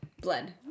Blood